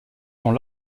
sont